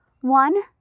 One